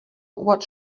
what